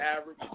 average